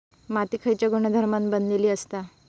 माती खयच्या गुणधर्मान बनलेली असता?